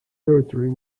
territory